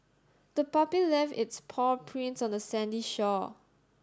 the puppy left its paw prints on the sandy shore